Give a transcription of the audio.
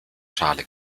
schale